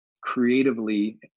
creatively